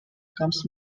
comes